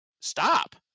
stop